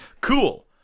Cool